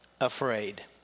afraid